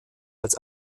als